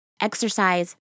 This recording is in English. exercise